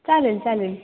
चालेल चालेल